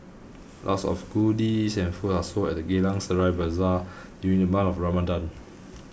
lots of goodies and food are sold at the Geylang Serai Bazaar during the month of Ramadan